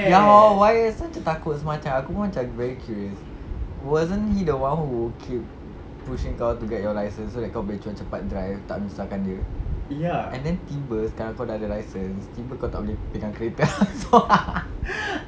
ya hor why so macam takut semacam aku pun macam very curious wasn't he the one who keep pushing kau to get your license so that kau boleh cepat-cepat drive tak menyusahkan dia and then tiba sekarang kau dah ada license tiba kau tak boleh pegang kereta